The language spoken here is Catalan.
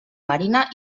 marina